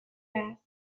است